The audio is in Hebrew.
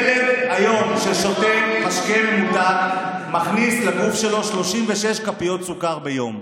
ילד ששותה משקה ממותק מכניס לפה שלו 36 כפיות סוכר ביום.